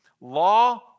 law